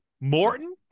Morton